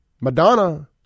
Madonna